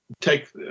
Take